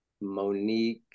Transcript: Monique